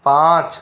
पाँच